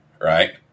right